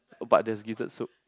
but there's gizzard soup